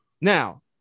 now